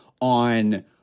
on